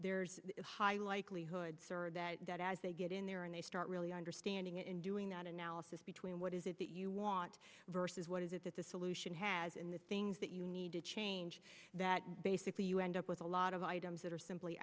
there's a high likelihood sir that as they get in there and they start really understanding it and doing that analysis between what is it that you want versus what is it that the solution has in the things that you need to change that basically you end up with a lot of items that are simply